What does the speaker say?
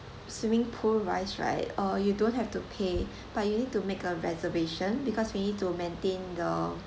swimming pool wise right uh you don't have to pay but you need to make a reservation because we need to maintan the